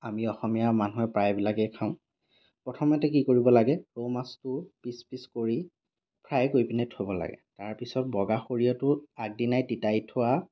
আমি অসমীয়া মানুহে প্ৰায়বিলাকেই খাওঁ প্ৰথমতে কি কৰিব লাগে ৰৌ মাছটো পিচ পিচ কৰি ফ্ৰাই কৰি পিনে থ'ব লাগে তাৰ পিছত বগা সৰিয়হটো আগদিনাই তিতাই থোৱা